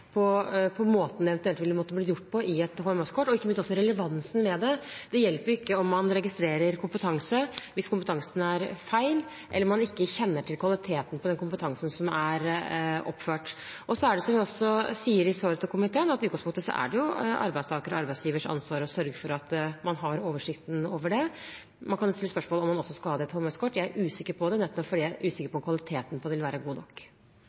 et HMS-kort, og ikke minst om relevansen ved det. Det hjelper ikke om man registrerer kompetanse hvis kompetansen er feil eller man ikke kjenner til kvaliteten på den kompetansen som er oppført. Så sier man også i svar til komiteen at i utgangspunktet er det arbeidstakers og arbeidsgivers ansvar å sørge for at man har oversikten over det. Man kan stille spørsmålet om man også skal ha det i et HMS-kort. Jeg er usikker på det, fordi jeg er usikker på om kvaliteten på det ville være god nok.